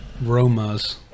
Roma's